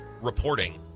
reporting